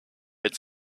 had